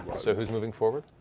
so who's moving forward?